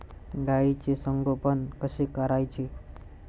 गाईचे संगोपन कसे करायचे?